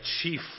chief